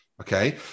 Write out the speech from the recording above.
Okay